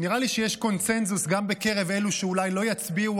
נראה לי שיש קונסנזוס גם בקרב אלו שאולי לא יצביעו